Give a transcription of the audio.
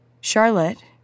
Charlotte